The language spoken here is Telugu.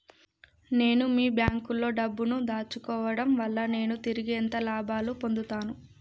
నేను మీ బ్యాంకులో డబ్బు ను దాచుకోవటం వల్ల నేను తిరిగి ఎంత లాభాలు పొందుతాను?